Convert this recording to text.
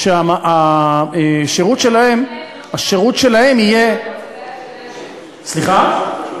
שהשירות שלהם יהיה, סליחה?